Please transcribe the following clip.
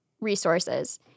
resources